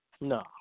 No